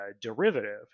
Derivative